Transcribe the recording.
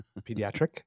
pediatric